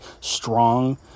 strong